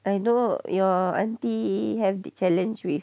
I know your auntie have to challenge with